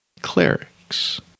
clerics